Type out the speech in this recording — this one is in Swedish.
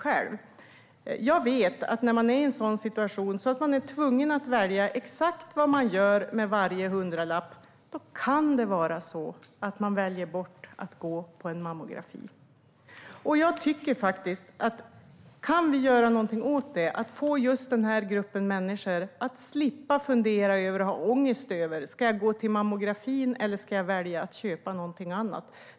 Jag vet att när man är i en sådan situation att man är tvungen att välja exakt vad man gör med varje hundralapp kan det vara så att man väljer bort att gå på en mammografi. Vi kan göra någonting åt det och få just den gruppen att slippa fundera och ha ångest över: Ska jag välja att gå till mammografin, eller ska jag välja att köpa någonting annat?